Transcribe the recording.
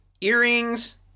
earrings